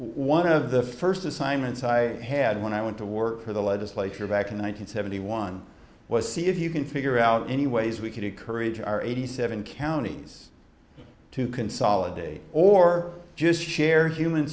one of the first assignments i had when i went to work for the legislature back in one thousand seventy one was see if you can figure out any ways we could encourage our eighty seven counties to consolidate or just share human